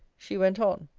she went on.